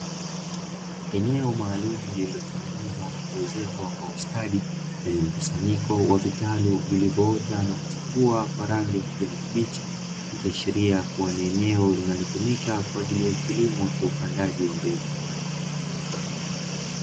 Eneo maalumu lililotengenezwa na kuezekwa kwa ustadi lenye mkusanyiko wa vitalu vilivyoota na kuchipua kwa rangi ya kijani kibichi, ikiashiria kuwa ni eneo linalotumika kwa ajili ya kilimo cha upandaji wa mbegu.